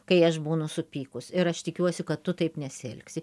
kai aš būnu supykus ir aš tikiuosi kad tu taip nesielgsi